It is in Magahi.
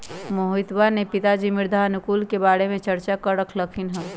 मोहजीतवा के पिताजी मृदा अनुकूलक के बारे में चर्चा कर रहल खिन हल